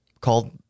called